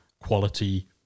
quality